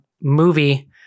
movie